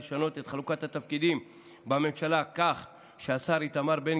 לשנות את חלוקת התפקידים בממשלה כך שהשר איתמר בן